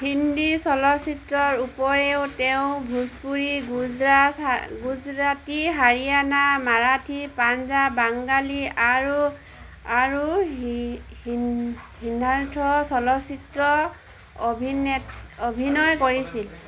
হিন্দী চলচ্চিত্ৰৰ উপৰিও তেওঁ ভোজপুৰী গুজৰাট গুজৰাটী হাৰিয়ানা মাৰাঠী পাঞ্জাৱ বাঙ্গালী আৰু আৰু সীধাৰ্থ চলচ্চিত্ৰ অভিনয় কৰিছিল